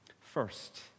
First